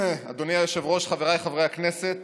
אדוני היושב-ראש, חבריי חברי הכנסת,